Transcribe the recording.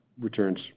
returns